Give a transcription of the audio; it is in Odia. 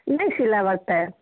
ନାଇଁ ସିଲାବାଟା